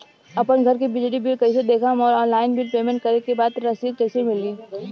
आपन घर के बिजली बिल कईसे देखम् और ऑनलाइन बिल पेमेंट करे के बाद रसीद कईसे मिली?